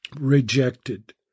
rejected